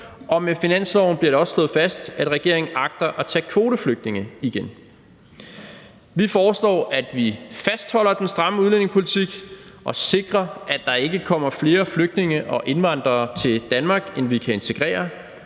og med finansloven bliver det også slået fast, at regeringen agter at tage kvoteflygtninge igen. Vi foreslår, at vi fastholder den stramme udlændingepolitik og sikrer, at der ikke kommer flere flygtninge og indvandrere til Danmark, end vi kan integrere.